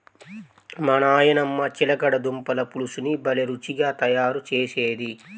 మా నాయనమ్మ చిలకడ దుంపల పులుసుని భలే రుచిగా తయారు చేసేది